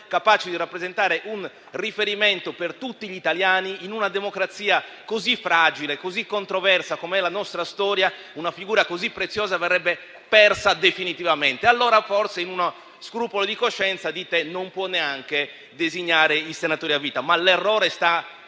capace di rappresentare un riferimento per tutti gli italiani. In una democrazia così fragile e così controversa, com'è la nostra storia, una figura così preziosa verrebbe persa definitivamente. Allora, forse in uno scrupolo di coscienza dite che non può neanche designare i senatori a vita. Ma l'errore sta